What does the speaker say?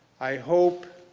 i hope